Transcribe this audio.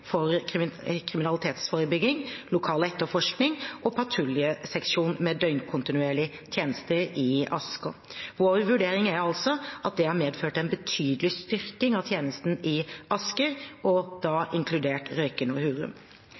for kriminalitetsforebygging og lokal etterforskning og en patruljeseksjon med døgnkontinuerlig tjeneste i Asker. Vår vurdering er at det har medført en betydelig styrking av tjenesten i Asker, inkludert Røyken og Hurum.